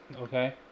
okay